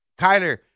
Kyler